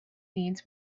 needs